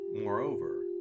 Moreover